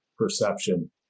perception